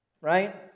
Right